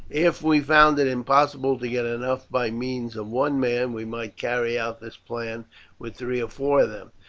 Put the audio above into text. if we found it impossible to get enough by means of one man, we might carry out this plan with three or four of them.